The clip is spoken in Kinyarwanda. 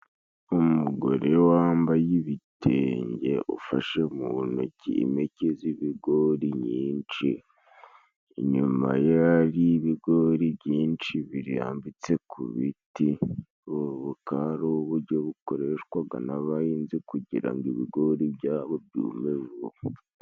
Umugore wambaye ibitenge ufashe mu ntoki impeke z'ibigori nyinshi, inyuma ye hari ibigori byinshi birambitse ku biti. Ubu bukaba ari ubujyo bwifashishwaga n'abahinzi kugira ngo ibigori byabo byume vuba.